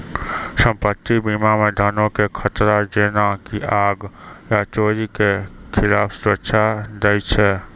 सम्पति बीमा मे धनो के खतरा जेना की आग या चोरी के खिलाफ सुरक्षा दै छै